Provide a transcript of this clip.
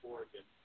Oregon